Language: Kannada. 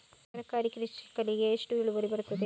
ತರಕಾರಿ ಕೃಷಿಗೆ ಎಷ್ಟು ಇಳುವರಿ ಬರುತ್ತದೆ?